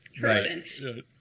person